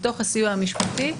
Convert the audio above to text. בתוך הסיוע המשפטי.